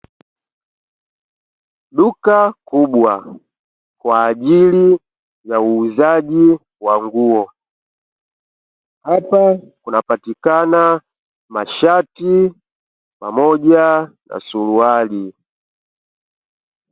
Duka kubwa kwa ajili ya uuzaji wa nguo. Hapa kunapatikana mashati pamoja na suruali.